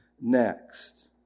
next